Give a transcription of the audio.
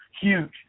huge